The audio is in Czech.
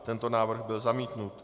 Tento návrh byl zamítnut.